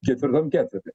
ketvirtam ketvirty